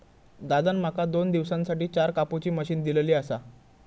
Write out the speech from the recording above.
दादान माका दोन दिवसांसाठी चार कापुची मशीन दिलली आसा